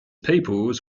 peoples